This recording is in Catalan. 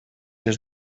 les